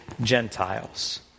Gentiles